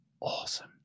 awesome